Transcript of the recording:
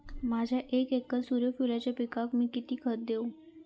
माझ्या एक एकर सूर्यफुलाच्या पिकाक मी किती खत देवू?